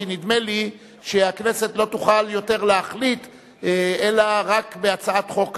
כי נדמה לי שהכנסת לא תוכל יותר להחליט אלא רק בהצעת חוק אחרת.